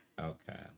Okay